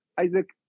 Isaac